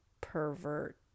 pervert